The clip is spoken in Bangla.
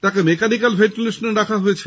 তাঁকে মেকানিক্যাল ভেন্টিলেশনে রাখা হয়েছে